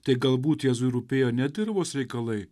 tai galbūt jėzui rūpėjo ne dirvos reikalai